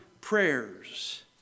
prayers